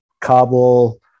Kabul